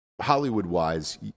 Hollywood-wise